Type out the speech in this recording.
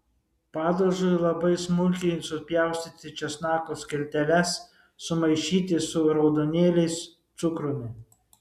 padažui labai smulkiai supjaustyti česnako skilteles sumaišyti su raudonėliais cukrumi